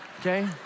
okay